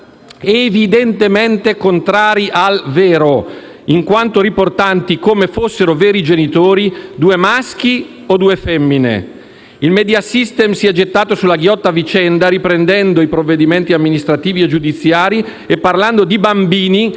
evidentemente contrari al vero, in quanto riportanti come fossero veri genitori due maschi o due femmine. Il *media system* si è gettato sulla ghiotta vicenda, riprendendo i provvedimenti amministrativi e giudiziari e parlando di bambini